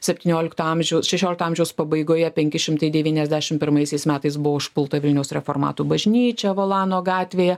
septyniolikto amžiaus šešiolikto amžiaus pabaigoje penki šimtai devyniasdešim pirmaisiais metais buvo užpulta vilniaus reformatų bažnyčia volano gatvėje